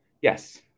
Yes